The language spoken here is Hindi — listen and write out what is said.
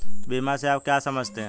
बीमा से आप क्या समझते हैं?